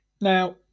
Now